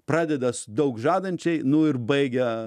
pradeda s daug žadančiai nu ir baigia